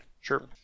sure